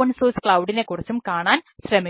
കുറിച്ചും കാണാൻ ശ്രമിക്കാം